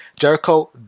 Jericho